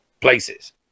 places